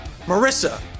Marissa